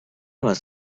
was